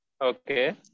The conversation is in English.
okay